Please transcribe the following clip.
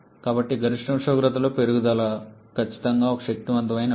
కాబట్టి గరిష్ట ఉష్ణోగ్రతలో పెరుగుదల ఖచ్చితంగా ఒక శక్తివంతమైన ఎంపిక